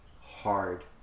hard